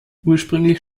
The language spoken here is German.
ursprünglich